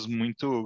muito